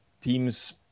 teams